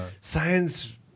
Science